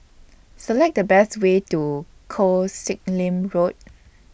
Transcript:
Select The Best Way to Koh Sek Lim Road